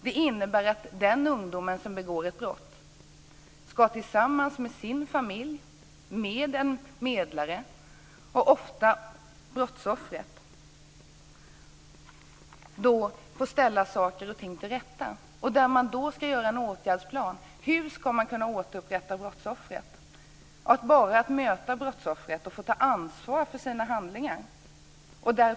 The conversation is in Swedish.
Det innebär att den unga människa som begår ett brott ska få ställa saker och ting till rätta, tillsammans med sin familj, med en medlare och ofta med brottsoffret. Man ska utforma en åtgärdsplan: Hur ska man kunna återupprätta brottsoffret? Bara att möta brottsoffret och få ta ansvar för sina handlingar är en del.